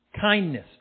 kindness